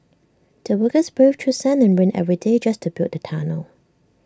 the workers braved through sun and rain every day just to build the tunnel